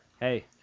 hey